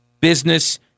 Business